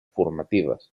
formatives